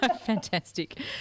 Fantastic